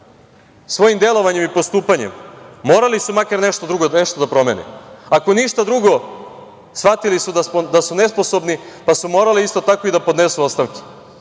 svojim delovanjem i postupanjem, morali su nešto drugo da promene. Ako ništa drugo, shvatili su da su nesposobni , pa su morali isto tako i da podnesu ostavke,